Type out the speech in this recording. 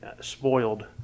spoiled